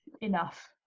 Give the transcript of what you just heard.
enough